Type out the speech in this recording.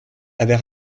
avait